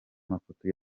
mafoto